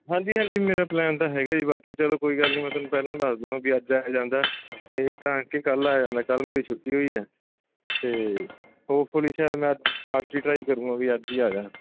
ਹਾਂਜੀ ਹਾਂਜੀ ਮੇਰਾ ਪਲੈਨ ਤਾਂ ਹੈਗਾ ਜੀ ਬਾਕੀ ਚਲੋ ਕੋਈ ਗੱਲ ਨਹੀਂ ਮੈਂ ਤੁਹਾਨੂੰ ਪਹਿਲਾਂ ਦੱਸ ਦੂੰਗਾ ਵੀ ਅੱਜ ਆਇਆ ਜਾਂਦਾ ਨਹੀਂ ਤਾਂ ਕਿ ਕੱਲ੍ਹ ਆਇਆ ਜਾਂਦਾ ਕੱਲ੍ਹ ਮੇਰੀ ਛੁੱਟੀ ਹੋਈ ਹੈ ਅਤੇ ਹੋਪਫੁਲੀ ਸ਼ਾਇਦ ਮੈਂ ਅੱਜ ਅੱਜ ਹੀ ਟਰਾਈ ਕਰੂੰਗਾ ਵੀ ਅੱਜ ਹੀ ਆ ਜਾ